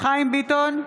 חיים ביטון,